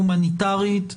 הומניטרית,